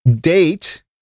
date